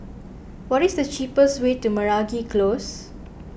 what is the cheapest way to Meragi Close